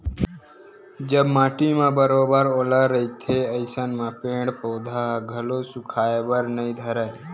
जब माटी म बरोबर ओल रहिथे अइसन म पेड़ पउधा ह घलो सुखाय बर नइ धरय